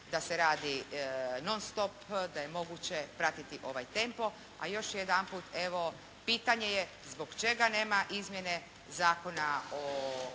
da se radi non stop, da je moguće pratiti ovaj tempo, a još jedanput evo pitanje je zbog čega nema izmjene Zakona o